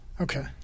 Okay